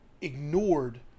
ignored